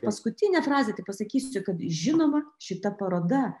paskutinė frazė tai pasakysiu kad žinoma šita paroda